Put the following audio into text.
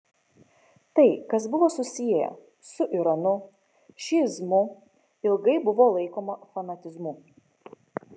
tai kas buvo susiję su iranu šiizmu ilgai buvo laikoma fanatizmu